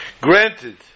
Granted